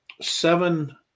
seven